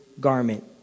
garment